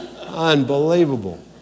unbelievable